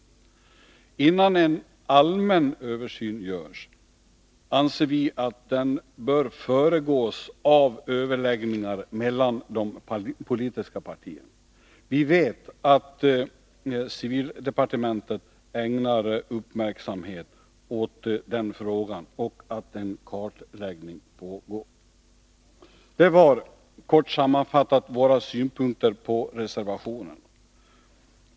Vi anser att en allmän översyn bör föregås av överläggningar mellan de politiska partierna. Vi vet att civildepartementet ägnar uppmärksamhet åt den frågan och att en kartläggning pågår. Detta var, kort sammanfattat, våra synpunkter på reservationerna.